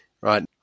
right